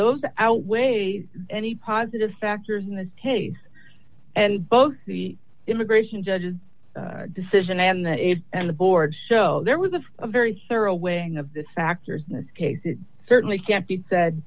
those outweighs any positive factors in this case and both the immigration judges decision and that and the board show there was a very thorough weighing of this factor in this case it certainly can't be said